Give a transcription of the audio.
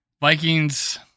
Vikings